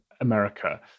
America